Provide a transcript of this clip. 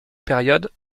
période